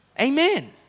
Amen